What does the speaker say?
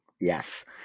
Yes